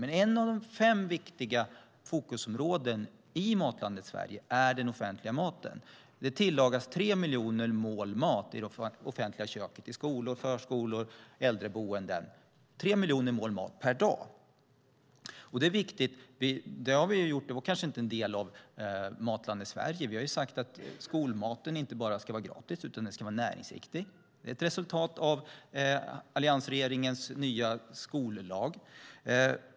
Men ett av de fem viktiga fokusområdena i Matlandet Sverige är den offentliga maten. Det tillagas tre miljoner mål mat per dag i det offentliga köket, i skolor, förskolor och äldreboenden. Det var kanske inte en del av Matlandet Sverige. Vi har sagt att skolmaten inte bara ska vara gratis utan också ska vara näringsriktig. Det är ett resultat av alliansregeringens nya skollag.